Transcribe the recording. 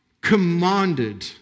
commanded